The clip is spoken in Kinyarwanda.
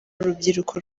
urubyiruko